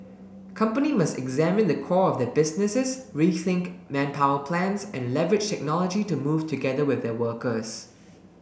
company must examine the core of their businesses rethink manpower plans and leverage technology to move together with their workers